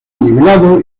nivelado